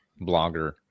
blogger